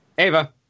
Ava